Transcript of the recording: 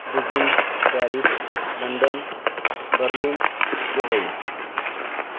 Beijing Paris London Berlin Dubai